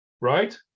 right